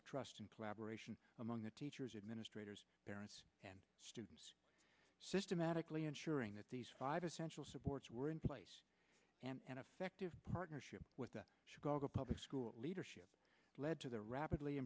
collaboration among the teachers administrators parents and students so domestically ensuring that these five essential supports were in place and effective partnership with the chicago public school leadership led to the rapidly